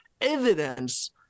evidence